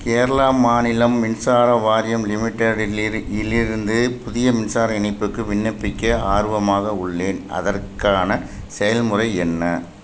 கேரளா மாநிலம் மின்சார வாரியம் லிமிடெடிலிரு இலிருந்து புதிய மின்சார இணைப்புக்கு விண்ணப்பிக்க ஆர்வமாக உள்ளேன் அதற்கான செயல்முறை என்ன